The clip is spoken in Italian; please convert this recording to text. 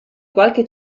qualche